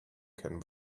can